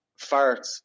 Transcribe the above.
farts